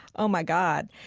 oh my god.